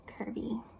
Kirby